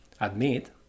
admit